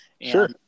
Sure